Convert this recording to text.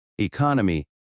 Economy